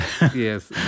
Yes